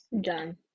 Done